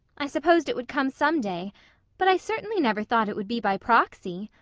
i supposed it would come some day but i certainly never thought it would be by proxy.